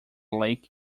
lake